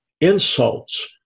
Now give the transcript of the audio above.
insults